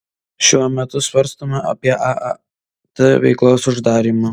šiuo metu svarstome apie aat veiklos uždarymą